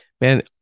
man